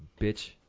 bitch